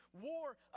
war